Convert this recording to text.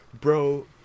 bro